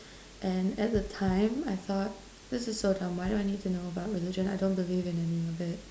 and at that time I thought this is so dumb why do I need to know about religion I don't believe in any of it